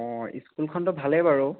অঁ স্কুলখনতো ভালেই বাৰু